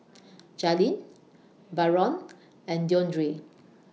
Jailyn Byron and Deondre